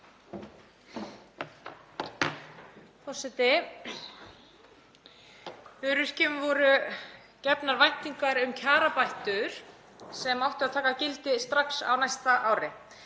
Forseti. Öryrkjum voru gefnar væntingar um kjarabætur sem áttu að taka gildi strax á næsta ári.